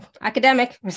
academic